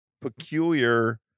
peculiar